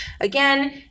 Again